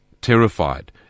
terrified